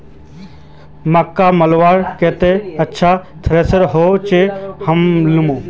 मकई मलवार केते अच्छा थरेसर होचे या हरम्बा?